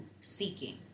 seeking